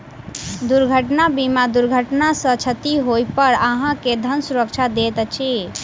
दुर्घटना बीमा दुर्घटना सॅ क्षति होइ पर अहाँ के धन सुरक्षा दैत अछि